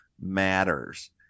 matters